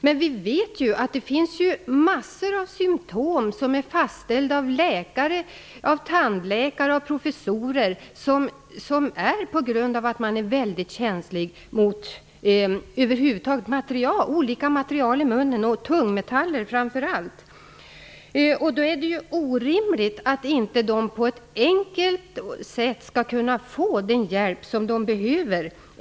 Men vi vet att det finns massor av symptom som är fastställda av läkare, av tandläkare och av professorer som uppkommer på grund av att man över huvud taget är väldigt känslig mot olika material i munnen och framför allt tungmetaller. Det är orimligt att de berörda inte på ett enkelt sätt skall kunna få den ekonomiska hjälp de behöver.